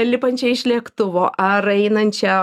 lipančią iš lėktuvo ar einančią